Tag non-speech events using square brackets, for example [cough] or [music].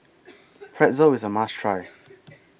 [noise] Pretzel IS A must Try